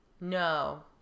No